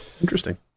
Interesting